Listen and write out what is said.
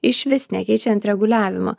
išvis nekeičiant reguliavimo